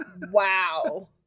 Wow